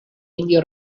indio